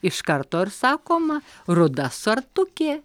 iš karto ir sakoma ruda sartukė